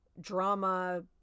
drama